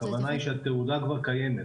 הכוונה היא שהתעודה כבר קיימת.